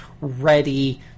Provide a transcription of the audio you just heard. ready